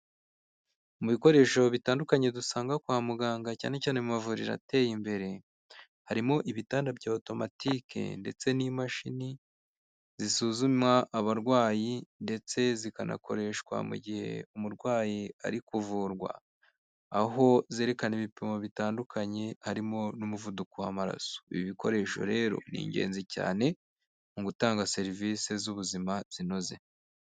Mu bikoresho bitandukanye dusanga kwa muganga cyane cyane mu mavuriro ateye imbere, harimo ibitanda bya otomatike ndetse n'imashini zisuzumwa abarwayi, ndetse zikanakoreshwa mu gihe umurwayi ari kuvurwa, aho zerekana ibipimo bitandukanye, harimo n'umuvuduko w'amaraso. Ibi bikoresho rero ni ingenzi cyane mu gutanga serivisi z'ubuzima zinoze.